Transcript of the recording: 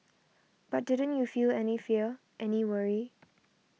but didn't you feel any fear any worry